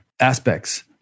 aspects